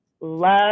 love